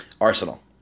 Arsenal